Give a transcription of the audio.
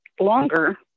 longer